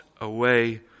away